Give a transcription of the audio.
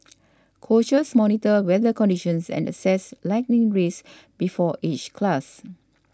coaches monitor weather conditions and assess lightning risks before each class